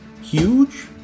huge